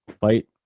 fight